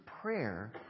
prayer